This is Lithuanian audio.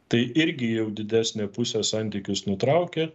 tai irgi jau didesnė pusė santykius nutraukė